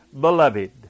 beloved